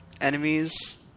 enemies